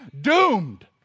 doomed